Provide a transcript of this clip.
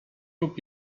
lub